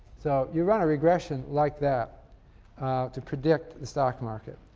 so, you run a regression like that to predict the stock market.